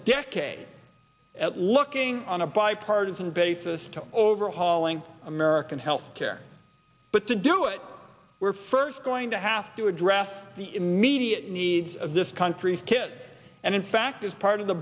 decade at looking on a bipartisan basis to overhauling american health care but to do it we're first going to have to address the immediate needs of this country's kids and in fact as part of the